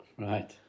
Right